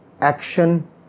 action